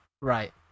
right